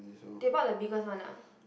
they bought the biggest one ah